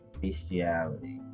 bestiality